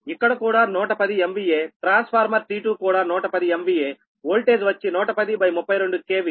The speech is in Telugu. ఇక్కడ కూడా 110 MVAట్రాన్స్ఫార్మర్ T2 కూడా 110 MVAవోల్టేజ్ వచ్చి 11032 kV